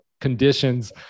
conditions